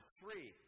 three